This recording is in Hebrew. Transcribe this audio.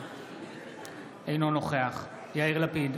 אינו נוכח יאיר לפיד,